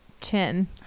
Chin